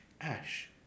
ash